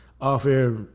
off-air